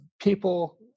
people